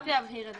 רק להבהיר את זה.